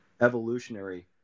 evolutionary